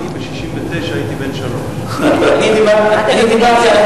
הצעת החוק הזאת באה לתת הגדרות,